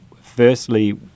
firstly